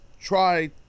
try